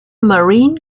marine